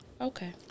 Okay